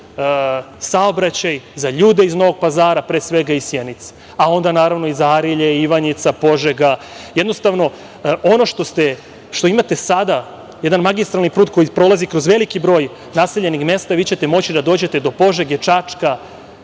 saobraćaj za ljude iz Novog Pazara, pre svega iz Sjenice, a onda naravno i za Arilje, Ivanjica, Požega. Jednostavno, ono što imate sada jedan magistralni put koji prolazi kroz veliki broj naseljenih mesta vi ćete moći da dođete do Požege, Čačka,